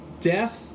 death